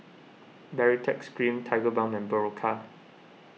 Baritex Cream Tigerbalm and Berocca